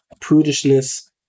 prudishness